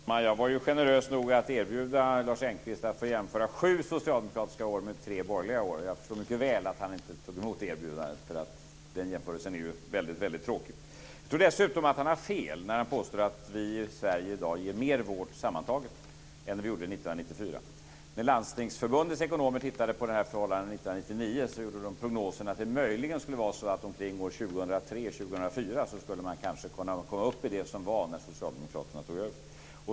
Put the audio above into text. Fru talman! Jag var ju generös nog att erbjuda Lars Engqvist att få jämföra sju socialdemokratiska år med tre borgerliga. Jag förstår mycket väl att han inte tog emot det erbjudandet, för den jämförelsen är ju väldigt tråkig. Jag tror dessutom att han har fel när han påstår att vi i Sverige ger mer vård sammantaget än vi gjorde 1994. När Landstingsförbundets ekonomer tittade på detta förhållande 1999 gjorde de prognosen att man möjligen kring år 2003 eller 2004 kanske skulle kunna komma upp i det som var när socialdemokraterna tog över.